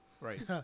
Right